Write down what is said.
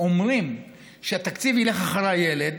אומרים שהתקציב ילך אחרי הילד,